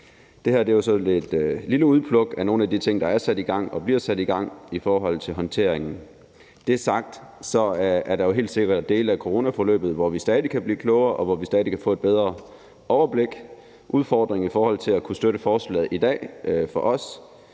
Det her er jo et lidt lille udpluk af nogle af de ting, der er sat i gang, og som vil blive sat i gang i forhold til håndteringen. Når det er sagt, er der helt sikkert dele af coronaforløbet, hvor vi stadig kan blive klogere, og hvor vi stadig kan få et bedre overblik. Udfordringen i forhold til at kunne støtte forslaget i dag er for os,